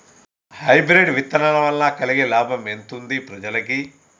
Hybrid విత్తనాల వలన కలిగే లాభం ఎంతుంది ప్రజలకి?